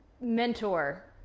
mentor